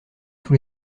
tous